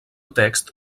text